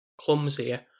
clumsier